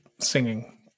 singing